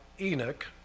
Enoch